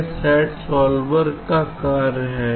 यह SAT solver का कार्य है